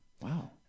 Wow